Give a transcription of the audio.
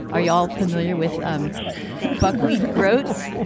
are you all familiar with um buckwheat groats,